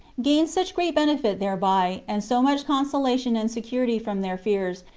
gained such great benefit thereby, and so much consolation and security from their fears,